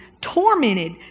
tormented